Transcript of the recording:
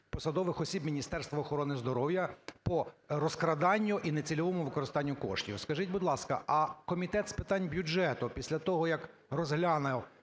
посадових осіб Міністерства охорони здоров'я по розкраданню і нецільовому використанню коштів. Скажіть, будь ласка, а Комітет з питань бюджету після того, як розглянув